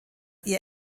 ihr